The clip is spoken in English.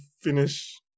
finish